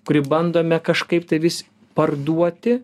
kurį bandome kažkaip tai vis parduoti